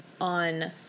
on